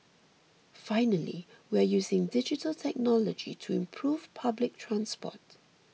finally we are using digital technology to improve public transport